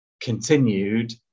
continued